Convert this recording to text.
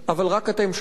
אבל רק אתם שכחתם,